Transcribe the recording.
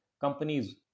companies